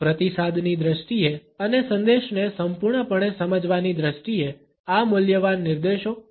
પ્રતિસાદની દ્રષ્ટિએ અને સંદેશને સંપૂર્ણપણે સમજવાની દ્રષ્ટિએ આ મૂલ્યવાન નિર્દેશો અને સંકેતો આપવા માટે વપરાય છે